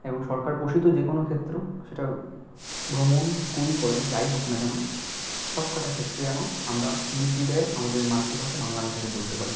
এবং সরকার পোষিত যে কোনো ক্ষেত্র সেটা ভ্রমণ স্কুল কলেজ যাইহোক না কেন সব কটা ক্ষেত্রে যেন আমরা নির্দ্বিধায় আমাদের মাতৃভাষা বাংলা ভাষাকে বলতে পারি